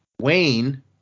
Wayne